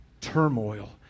turmoil